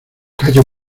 calla